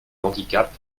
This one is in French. handicap